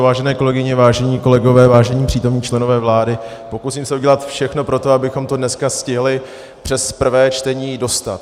Vážené kolegyně, vážení kolegové, vážení přítomní členové vlády, pokusím se udělat všechno pro to, abychom to dneska stihli přes prvé čtení dostat.